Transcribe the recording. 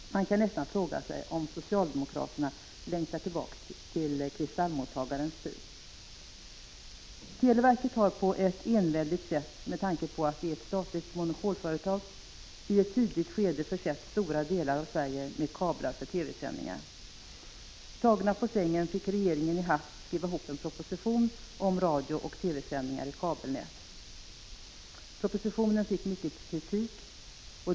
Man kan nästan fråga sig om socialdemokraterna längtar tillbaka till kristallmottagarens tid. Televerket har — på ett enväldigt sätt med tanke på att det är ett statligt monopolföretag — i ett tidigt skede försett stora delar av Sverige med kablar för TV-sändningar. Tagen på sängen fick regeringen i hast skriva ihop en proposition om radiooch TV-sändningar i kabelnät. Propositionen fick mycken kritik.